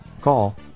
Call